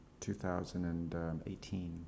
2018